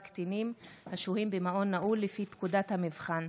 קטינים השוהים במעון נעול לפי פקודת המבחן),